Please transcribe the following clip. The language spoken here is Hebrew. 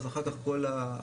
אז אחר כך כל ההשקעות,